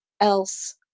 else